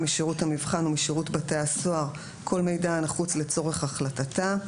משירות המבחן ומשירות בתי הסוהר כל מידע הנחוץ לצורך החלטתה,